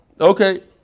Okay